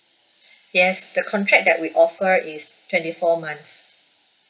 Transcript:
yes the contract that we offer is twenty four months